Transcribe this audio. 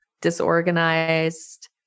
disorganized